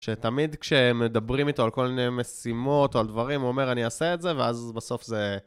שתמיד כשהם מדברים איתו על כל מיני משימות או על דברים, הוא אומר, אני אעשה את זה, ואז בסוף זה...